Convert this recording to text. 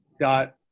dot